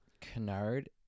Canard